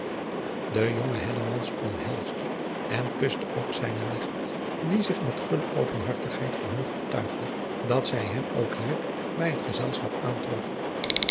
de jonge hellemans omhelsde en kuste ook zijne nicht die zich met gulle openhartigheid verheugd betuigde dat zij hem ook hier bij het gezelschap aantrof